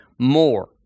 more